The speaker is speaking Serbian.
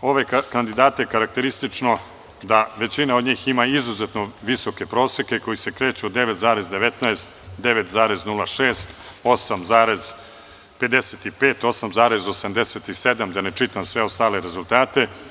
ove kandidate karakteristično da većina od njih ima izuzetno visoke proseke koji se kreću od 9,19, 9,06, 8,55, 8,87 i da ne čitam sve ostale rezultate.